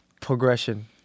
progression